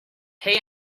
pay